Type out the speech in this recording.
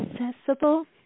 accessible